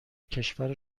کشور